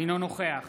אינו נוכח